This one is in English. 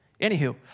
Anywho